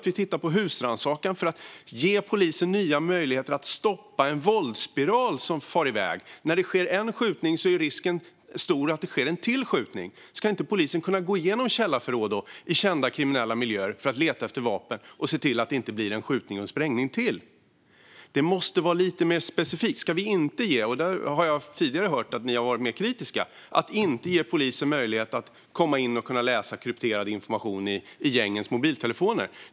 Vi tittar på husrannsakan för att ge polisen nya möjligheter att stoppa en våldsspiral. När det sker en skjutning är risken stor att det sker en till skjutning. Ska inte polisen kunna gå igenom källarförråd i kända kriminella miljöer för att leta efter vapen och se till att det inte blir en skjutning och en sprängning till? Det måste vara lite mer specifikt. Ska vi inte ge - där har jag tidigare hört att ni har varit mer kritiska - polisen möjlighet att läsa krypterad information i gängens mobiltelefoner?